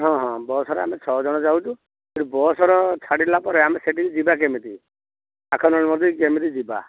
ହଁ ହଁ ବସ୍ରେ ଆମେ ଛଅ ଜଣ ଯାଉଛୁ ସେଠୁ ବସ୍ର ଛାଡ଼ିଲା ପରେ ଆମେ ସେଠିକି ଯିବା କେମିତି ଆଖଣ୍ଡଳମଣି କେମିତି ଯିବା